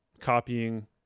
Copying